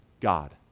God